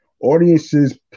Audiences